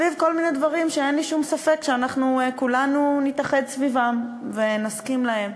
סביב כל מיני דברים שאין לי שום ספק שכולנו נתאחד סביבם ונסכים להם.